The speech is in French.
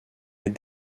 est